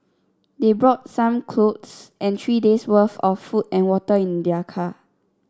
they brought some clothes and three days' worth of food and water in their car